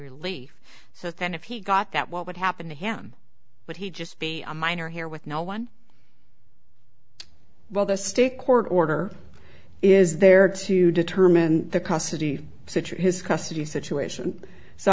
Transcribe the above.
relief so then if he got that what would happen to him but he just be a minor here with no one well the state court order is there to determine the custody situation is custody situation so